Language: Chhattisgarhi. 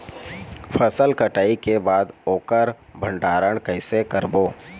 फसल कटाई के बाद ओकर भंडारण कइसे करबो?